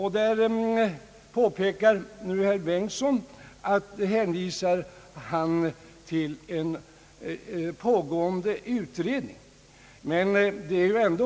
Herr Bengtson hänvisar till en pågående utredning i den frågan.